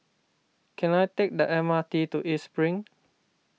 can I take the M R T to East Spring